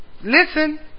listen